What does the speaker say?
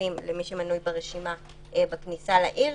לתושבים למי שמנוי ברשימה בכניסה לעיר,